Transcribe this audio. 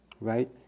right